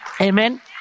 Amen